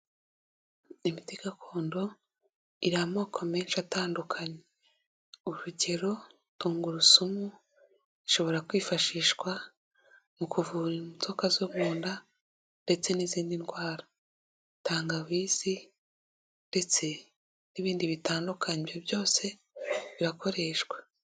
Imiti gakondo iri amoko menshi atandukanye, urugero tungurusumu, ishobora kwifashishwa mu kuvura inzoka zo mu nda ndetse n'izindi ndwara, tangawizi ndetse n'ibindi bitandukanye, ibyo byose birakoreshwa.